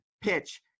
PITCH